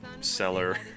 seller